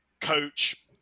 coach